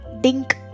DINK